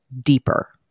deeper